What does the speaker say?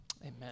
Amen